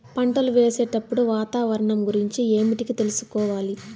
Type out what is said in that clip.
పంటలు వేసేటప్పుడు వాతావరణం గురించి ఏమిటికి తెలుసుకోవాలి?